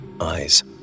eyes